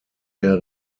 der